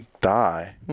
die